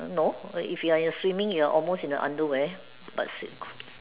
no if you're in swimming you're almost in the underwear but